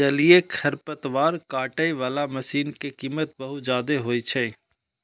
जलीय खरपतवार काटै बला मशीन के कीमत बहुत जादे होइ छै